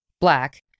Black